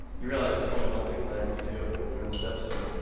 you realize there's only one thing left to do during this episode.